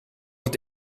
het